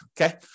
okay